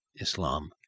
Islam